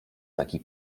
taki